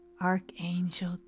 Archangel